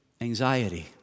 anxiety